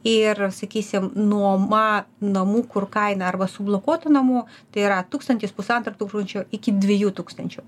ir sakysim nuoma namų kur kaina arba sublokuotų namų tai yra tūkstantis pusantro tūkstančio iki dviejų tūkstančių